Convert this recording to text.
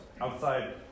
outside